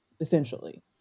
essentially